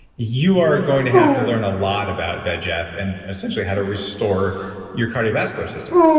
you are going to have to learn a lot about vegf and essentially how to restore your cardiovascular system.